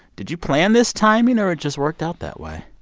did you plan this timing or it just worked out that way?